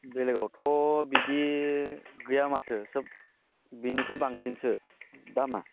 बेलेगावथ' बिदि गैयामाथो सोब बेनिफ्राय बांसिनसो दामा